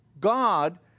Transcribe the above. God